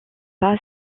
pas